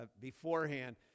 beforehand